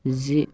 زِ